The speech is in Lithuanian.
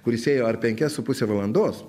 kuris ėjo ar penkias su puse valandos